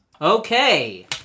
Okay